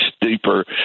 deeper